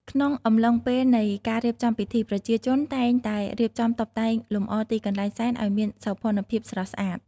ក្នុងអំឡុងពេលនៃការរៀបចំពិធី ប្រជាជនតែងតែរៀបចំតុបតែងលម្អទីកន្លែងសែនឲ្យមានសោភ័ណភាពស្រស់ស្អាត។